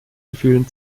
gefühlen